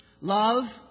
Love